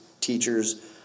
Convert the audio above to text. teachers